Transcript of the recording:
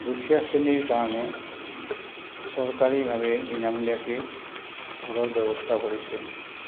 দুখীয়া শ্ৰেণীৰ কাৰণে চৰকাৰীভাৱে বিনামূলীয়াকৈ ঘৰৰ ব্যৱস্থা কৰিছে